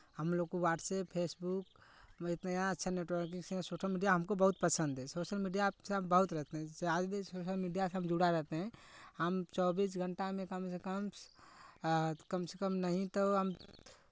हम लोग को वाट्सेप फेसबुक में इतना अच्छा नेटवर्किंग सोशल मीडिया हमको बहुत पसंद है सोशल मीडिया अप सब बहुत रहते हैं जैसे आज भी सोशल मीडिया से हम जुड़ा रहते हैं हम चौबीस घंटा में कम से कम कम से कम नहीं तो हम